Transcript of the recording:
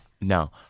No